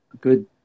good